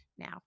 now